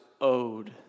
owed